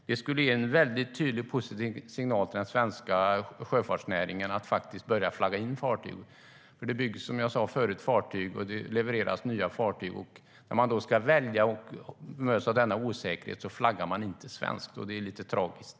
Det skulle ge en tydlig, positiv signal till den svenska sjöfartsnäringen att börja flagga in fartyg. Som jag sa tidigare byggs och levereras nya fartyg, men man väljer inte att flagga svenskt när man möts av osäkerhet. Det är tragiskt.